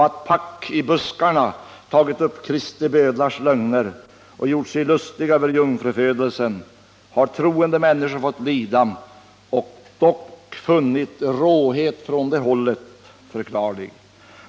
Att pack i buskarna tagit upp Kristi bödlars lögner och gjort sig lustiga över jungfrufödelsen har troende människor fått lida för, och dock har de funnit råhet från det hållet förklarlig.